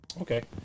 Okay